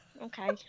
Okay